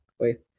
Wait